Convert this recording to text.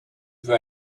veux